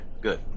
good